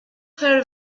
her